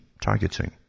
targeting